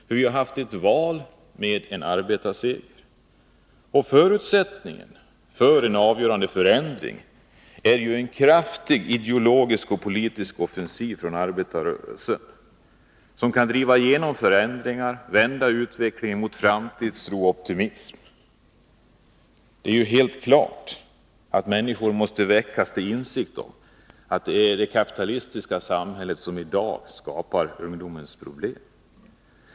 Vi har haft ett val som gett en arbetarseger, och förutsättningen för en avgörande förändring är ju en kraftig ideologisk och politisk offensiv från arbetarrörelsens sida. Härigenom skulle man kunna genomdriva förändringar och vända utvecklingen, så att vi får framtidstro och optimism. Det är ju helt klart att människor måste väckas till insikt om att det är det kapitalistiska samhället som i dag skapar ungdomens problem.